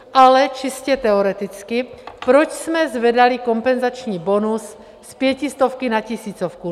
Ale čistě teoreticky: proč jsme zvedali kompenzační bonus z pětistovky na tisícovku?